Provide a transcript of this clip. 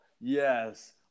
yes